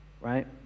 right